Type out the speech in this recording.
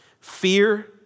fear